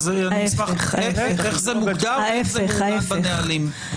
זה מתוקף חוק וגם בפרקטיקה.